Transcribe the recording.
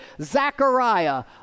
Zechariah